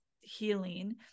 healing